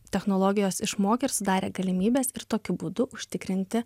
technologijos išmokė ir sudarė galimybes ir tokiu būdu užtikrinti